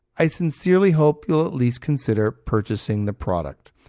i sincerely hope you at least consider purchasing the product.